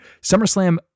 SummerSlam